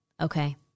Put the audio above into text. okay